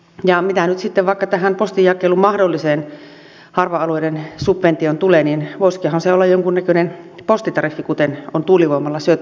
ja mitä nyt sitten vaikka tähän postinjakelun mahdolliseen harva alueiden subventioon tulee niin voisikohan se olla jonkunnäköinen postitariffi kuten on tuulivoimalla syöttötariffi